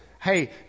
Hey